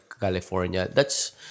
California—that's